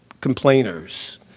complainers